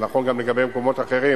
זה נכון גם לגבי מקומות אחרים